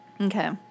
Okay